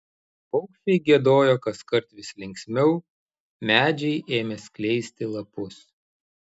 paukščiai giedojo kaskart vis linksmiau medžiai ėmė skleisti lapus